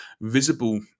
visible